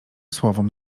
słowom